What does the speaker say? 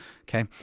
okay